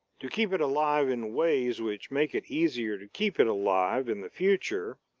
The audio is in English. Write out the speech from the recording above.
to keep it alive in ways which make it easier to keep it alive in the future,